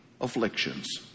afflictions